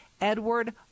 Edward